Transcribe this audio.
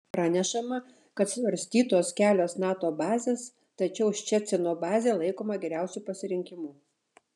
pranešama kad svarstytos kelios nato bazės tačiau ščecino bazė laikoma geriausiu pasirinkimu